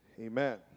Amen